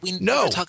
no